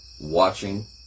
watching